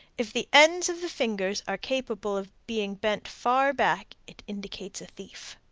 if the ends of the fingers are capable of being bent far back, it indicates a thief.